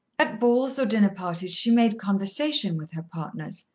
at balls or dinner-parties, she made conversation with her partners.